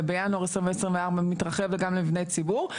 ובינואר 2024 מתרחב גם למבני ציבור,